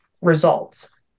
results